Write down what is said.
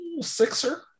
sixer